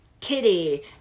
kitty